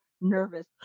nervous